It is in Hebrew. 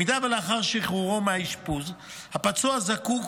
אם לאחר שחרורו מהאשפוז הפצוע זקוק